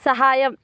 సహాయం